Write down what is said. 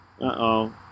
Uh-oh